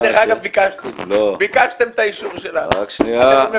דרך אגב, ביקשתם, ביקשתם את האישור שלנו.